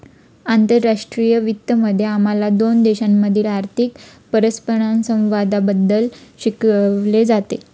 आंतरराष्ट्रीय वित्त मध्ये आम्हाला दोन देशांमधील आर्थिक परस्परसंवादाबद्दल शिकवले जाते